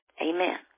Amen